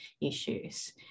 issues